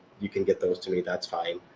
you can get those to me, that's fine.